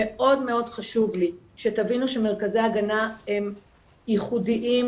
מאוד חשוב לי שתבינו שמרכזי ההגנה הם ייחודיים,